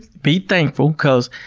be thankful because,